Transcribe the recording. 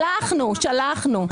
שלחנו, שלחנו.